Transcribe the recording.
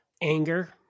Anger